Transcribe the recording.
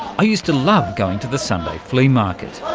i used to love going to the sunday flea market.